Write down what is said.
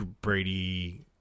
Brady